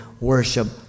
Worship